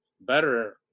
better